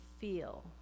feel